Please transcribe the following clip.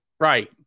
Right